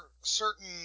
certain